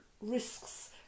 risks